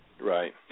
Right